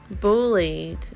bullied